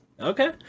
Okay